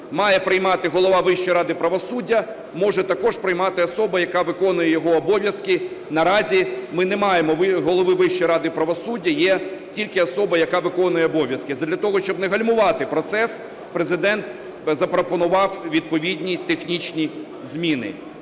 має приймати голова Вищої ради правосуддя, може також приймати особа, яка виконує його обов'язки. Наразі ми не маємо голови Вищої ради правосуддя, є тільки особа, яка виконує обов'язки. Задля того, щоб не гальмувати процес, Президент запропонував відповідні технічні зміни.